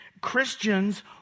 Christians